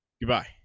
Goodbye